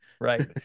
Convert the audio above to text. Right